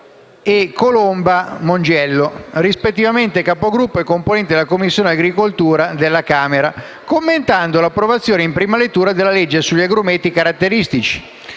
e Colomba Mongiello, rispettivamente capogruppo e componente della Commissione agricoltura della Camera, commentando l'approvazione, in prima lettura, della legge sugli agrumeti caratteristici